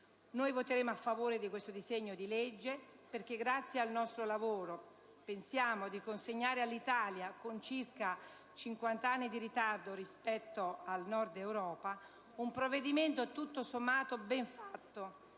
Noi voteremo a favore di questo disegno di legge perché, grazie al nostro lavoro, pensiamo di consegnare all'Italia, con circa 50 anni di ritardo rispetto al Nord Europa, un provvedimento tutto sommato ben fatto,